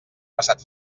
passat